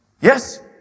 Yes